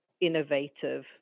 innovative